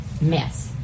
mess